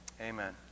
Amen